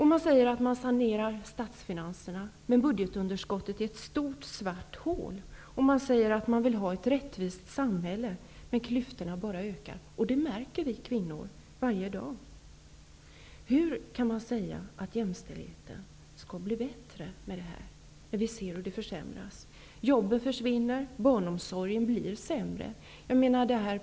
Man säger att man sanerar statsfinanserna, men budgetunderskottet är ett stort svart hål. Man säger att man vill ha ett rättvist samhälle, men klyftorna bara ökar. Detta märker vi kvinnor varje dag. Hur kan man säga att jämställdheten på detta sätt skall bli bättre när vi ser hur den försämras? Jobben försvinner och barnomsorgen blir sämre.